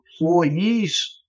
employee's